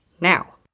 now